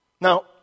now